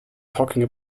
talking